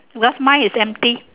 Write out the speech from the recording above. cause mine is empty